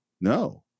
no